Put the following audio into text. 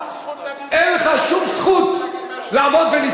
אין לו שום זכות להגיד מה שהוא רוצה.